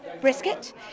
brisket